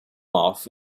off